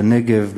בנגב,